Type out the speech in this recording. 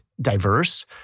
diverse